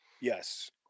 yes